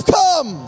come